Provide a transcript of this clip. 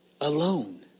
alone